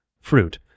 fruit